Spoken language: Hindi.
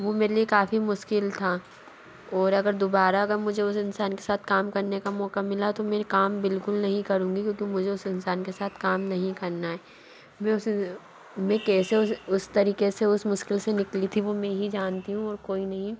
वो मेरे लिए काफ़ी मुश्किल था और अगर दुबारा अगर मुझे उस इइंसान के साथ काम करने का मौक़ा मिला तो मेरे काम बिल्कुल नहीं करूँगी क्योंकि मुझे उस इंसान के साथ काम नहीं करना है वे उसे मैं कैसे उस उस तरीक़े से उस मुश्किल से निकली थी वो मैं ही जानती हूँ और कोई नहीं